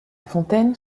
fontaine